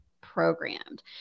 programmed